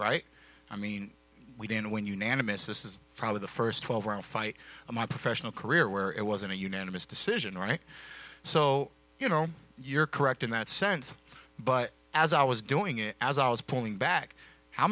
right i mean we didn't win unanimous this is probably the st twelve round fight of my professional career where it wasn't a unanimous decision right so you know you're correct in that sense but as i was doing it as i was pulling back how